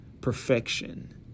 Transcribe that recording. perfection